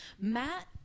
Matt